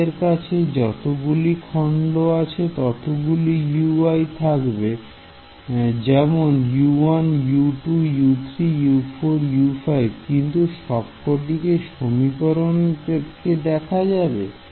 আমাদের কাছে যতগুলি খন্ড আছে ততগুলি Ui থাকবে যেমন U1 U2 U2 U4 U5 কিন্তু সবকটি কে সমীকরণে দেখা যাবে